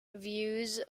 views